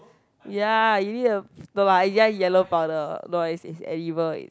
ya you need of no lah ya yellow powder no it's it's edible it's